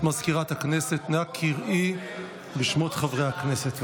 סגנית מזכיר הכנסת, נא קראי בשמות חברי הכנסת.